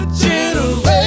generation